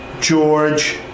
George